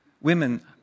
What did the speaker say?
Women